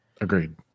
Agreed